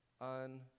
on